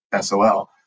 SOL